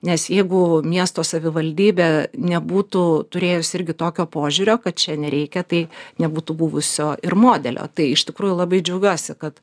nes jeigu miesto savivaldybė nebūtų turėjusi irgi tokio požiūrio kad čia nereikia tai nebūtų buvusio ir modelio tai iš tikrųjų labai džiaugiuosi kad